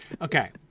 Okay